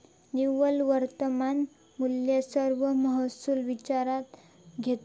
निव्वळ वर्तमान मुल्य सर्व महसुल विचारात घेता